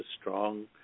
strong